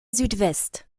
südwest